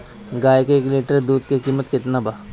गाय के एक लीटर दूध के कीमत केतना बा?